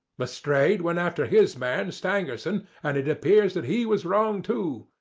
lestrade went after his man, stangerson, and it appears that he was wrong too.